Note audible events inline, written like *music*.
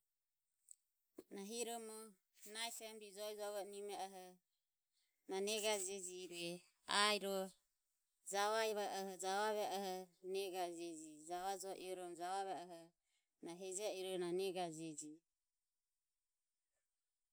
Na hiromo nahi femili joe jovo negehoho, *unintelligible* airo javai javavoho negajeji javai joe iromo javeveoho na heje iroro na naga jegi.